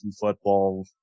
football